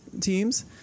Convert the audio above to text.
teams